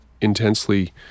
intensely